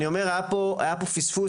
היה פה פספוס,